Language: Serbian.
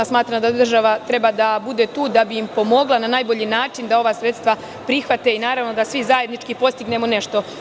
Smatram da država treba da bude tu da bi im pomogla na najbolji način da ova sredstva prihvate i da svi zajednički postignemo nešto.